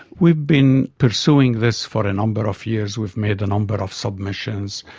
we've been pursuing this for a number of years. we've made a number of submissions.